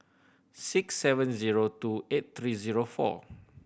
six seven zero two eight three zero four